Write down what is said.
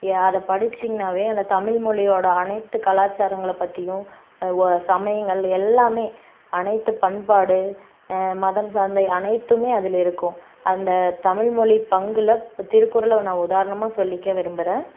ய அதை படிச்சீங்கனாவே அந்த தமிழ்மொழியோட அனைத்து கலாச்சாரங்களை பற்றியும் ஓ சமயங்கள் எல்லாமே அனைத்து பண்பாடு மதம் சார்ந்த அனைத்துமே அதில் இருக்கும் அந்த தமிழ்மொழி பங்கில் இப்போ திருக்குறளும் நான் உதாரணமாக சொல்லிக்க விரும்புகிறேன்